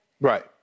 Right